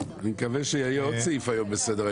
סעיף 4,